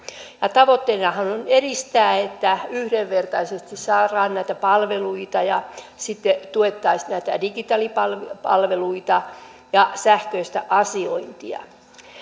tavoitteenahan on edistää sitä että yhdenvertaisesti saadaan näitä palveluita ja se että tuettaisiin näitä digitaalipalveluita ja sähköistä asiointia